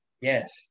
yes